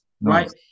Right